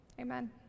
Amen